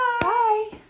Bye